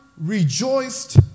rejoiced